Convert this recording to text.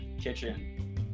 kitchen